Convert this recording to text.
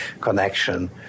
connection